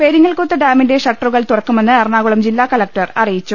പെരിങ്ങൽകുത്ത് ഡാമിന്റെ ഷട്ടറുകൾ തുറക്കുമെന്ന് എറ ണാകുളം ജില്ലാകലക്ടർ അറിയിച്ചു